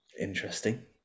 interesting